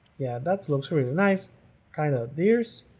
yeah, that looks really nice kind of dears,